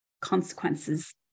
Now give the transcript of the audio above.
consequences